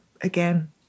again